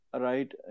right